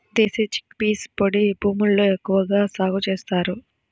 దేశీ chickpeas పొడి భూముల్లో ఎక్కువగా సాగు చేస్తారు